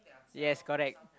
yes correct